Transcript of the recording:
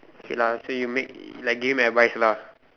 okay lah so you make like game advice lah